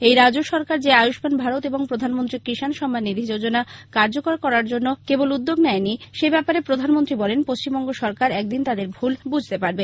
এই রাজ্য সরকার আযুষ্মান ভারত এবং প্রধানমন্ত্রী কিষাণ সম্মান নিধি যোজনা কার্যকর করার জন্য কোনো উদ্যোগ নেয়নি সেব্যাপারে প্রধানমন্ত্রী বলেন পশ্চিমবঙ্গ সরকার একদিন তাদের ভুল বুঝতে পারবে